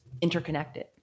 interconnected